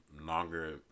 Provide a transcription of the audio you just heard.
longer